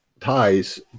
ties